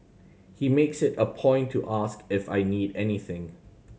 he makes it a point to ask if I need anything